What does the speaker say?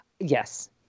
Yes